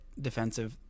defensive